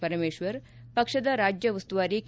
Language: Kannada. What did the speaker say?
ಪರಮೇಶ್ವರ್ ಪಕ್ಷದ ರಾಜ್ಯ ಉಸ್ತುವಾರಿ ಕೆ